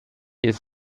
ist